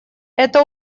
это